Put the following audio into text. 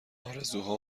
آرزوها